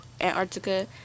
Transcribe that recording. Antarctica